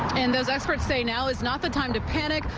and those experts say now is not the time to pay.